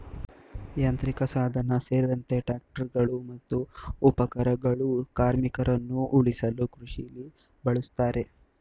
ಯಾಂತ್ರಿಕಸಾಧನ ಸೇರ್ದಂತೆ ಟ್ರಾಕ್ಟರ್ಗಳು ಮತ್ತು ಉಪಕರಣಗಳು ಕಾರ್ಮಿಕರನ್ನ ಉಳಿಸಲು ಕೃಷಿಲಿ ಬಳುಸ್ತಾರೆ